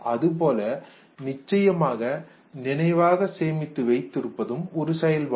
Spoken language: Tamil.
அதுபோல நிச்சயமாக நினைவாக சேமித்து வைத்திருப்பதும் ஒரு செயல்பாடு